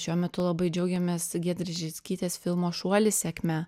šiuo metu labai džiaugiamės giedrės žickytės filmo šuolis sėkme